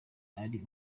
ari